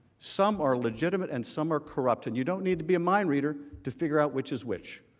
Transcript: some are legitimate and some are crept. and you don't need to be a mindreader to figure out which is which.